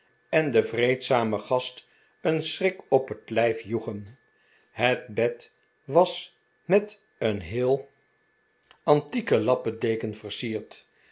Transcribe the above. en den vreedzamen gast een schrik op het lijf joegen het bed was met een heel antieke lappendeken versierd